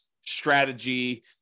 strategy